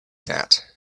that